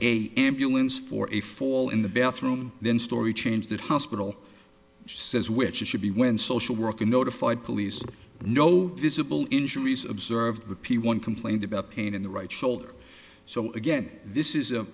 a ambulance for a fall in the bathroom then story changed that hospital says which it should be when social worker notified police no visible injuries observed p one complained about pain in the right shoulder so again this is a